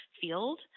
field